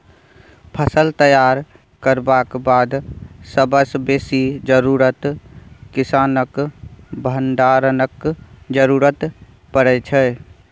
फसल तैयार करबाक बाद सबसँ बेसी जरुरत किसानकेँ भंडारणक जरुरत परै छै